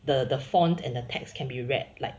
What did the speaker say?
the the font and the text can be read like